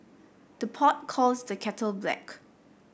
the pot calls the kettle black